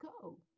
go